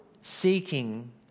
seeking